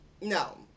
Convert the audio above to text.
No